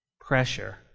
Pressure